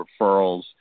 referrals